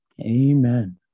amen